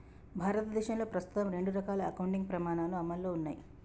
భారతదేశంలో ప్రస్తుతం రెండు రకాల అకౌంటింగ్ ప్రమాణాలు అమల్లో ఉన్నయ్